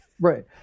Right